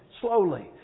slowly